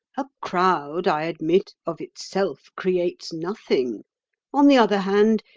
a crowd, i admit, of itself creates nothing on the other hand,